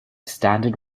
standard